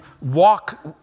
walk